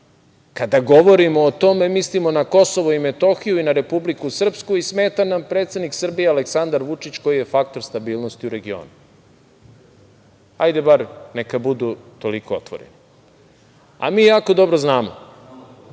kada govorimo o tome mislimo na Kosovo i Metohiju i na Republiku Srpsku i smeta nam predsednik Srbije Aleksandar Vučić koji je faktor stabilnost u regionu. Hajde bar neka budu toliko otvoreni. Mi jako dobro znamo.